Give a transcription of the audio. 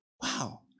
Wow